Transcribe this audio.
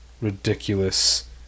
ridiculous